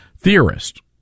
theorist